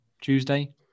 Tuesday